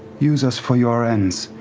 use us for your ends.